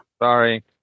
Sorry